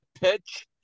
pitch